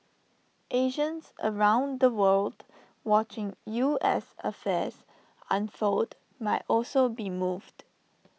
Asians around the world watching U S affairs unfold might also be moved